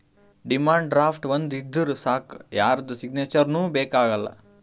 demand draft ಒಂದ್ ಇದ್ದೂರ್ ಸಾಕ್ ಯಾರ್ದು ಸಿಗ್ನೇಚರ್ನೂ ಬೇಕ್ ಆಗಲ್ಲ